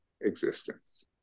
existence